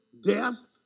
death